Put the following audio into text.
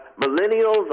millennials